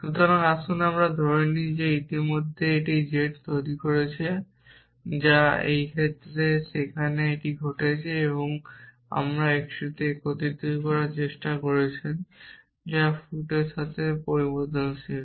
সুতরাং আসুন আমরা ধরে নিই যে আমরা ইতিমধ্যেই এই z তৈরি করেছি যা এই ক্ষেত্রে যেখানে এটি ঘটছে এখন আপনি এই xটিকে একত্রিত করার চেষ্টা করছেন যা ফুট এর সাথে একটি পরিবর্তনশীল